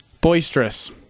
Boisterous